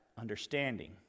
understanding